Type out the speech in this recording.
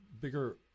bigger